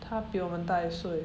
他比我们大一岁